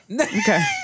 Okay